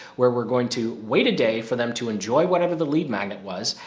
where we're going to wait a day for them to enjoy whatever the lead magnet was.